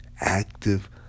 Active